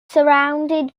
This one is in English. surrounded